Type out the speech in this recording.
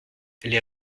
les